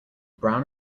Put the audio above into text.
brown